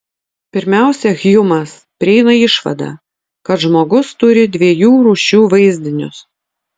pirmiausia hjumas prieina išvadą kad žmogus turi dviejų rūšių vaizdinius